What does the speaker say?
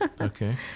Okay